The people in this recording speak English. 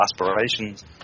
aspirations